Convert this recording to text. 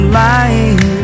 lying